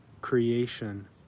creation